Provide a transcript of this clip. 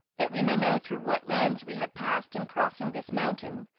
that we may know through what lands we have passed in crossing this mountain,